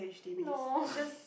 no